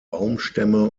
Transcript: baumstämme